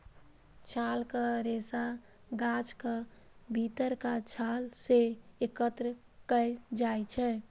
छालक रेशा गाछक भीतरका छाल सं एकत्र कैल जाइ छै